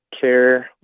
care